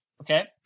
Okay